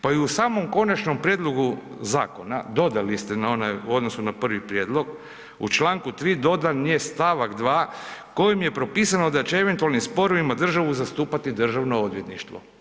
Pa i u samom konačnom prijedlogu zakona dodali ste u odnosu na prvi prijedlog, u čl. 3. dodan je stavak 2. kojim je propisano da će u eventualnim sporova državu zastupati Državno odvjetništvo.